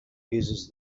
uses